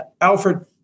Alfred